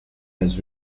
has